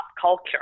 culture